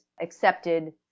accepted